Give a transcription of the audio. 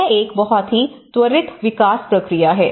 यह एक बहुत ही त्वरित विकास प्रक्रिया है